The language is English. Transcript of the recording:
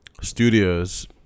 studios